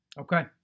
Okay